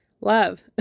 love